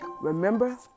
remember